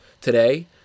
today